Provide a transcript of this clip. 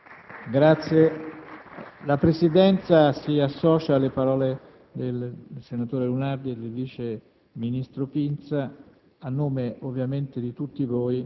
realizzato. Credo che sia molto giusto quello che lei ha detto, senatore Lunardi, facendo sì che il Senato italiano tributasse un omaggio di riconoscenza alla memoria della commissaria.